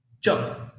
jump